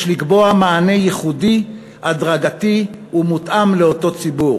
יש לקבוע מענה ייחודי, הדרגתי ומותאם לאותו ציבור.